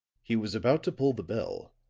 he was about to pull the bell,